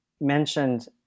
mentioned